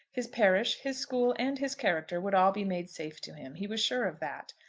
his parish, his school, and his character would all be made safe to him. he was sure of that.